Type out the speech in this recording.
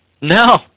No